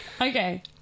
Okay